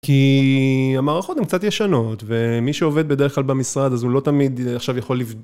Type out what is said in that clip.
כי המערכות הן קצת ישנות ומי שעובד בדרך כלל במשרד אז הוא לא תמיד עכשיו יכול לבדוק.